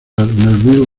neville